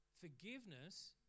forgiveness